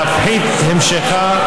להפחית את המשכה,